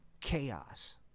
chaos